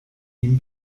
ihm